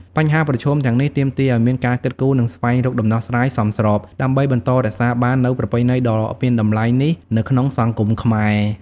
បញ្ហាប្រឈមទាំងនេះទាមទារឱ្យមានការគិតគូរ និងស្វែងរកដំណោះស្រាយសមស្រប ដើម្បីបន្តរក្សាបាននូវប្រពៃណីដ៏មានតម្លៃនេះនៅក្នុងសង្គមខ្មែរ ។